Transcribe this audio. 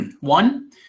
One